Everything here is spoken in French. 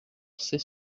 sait